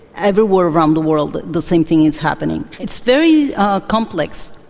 everywhere around the world the same thing is happening. it's very ah complex.